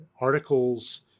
articles